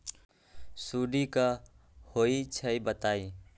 सुडी क होई छई बताई?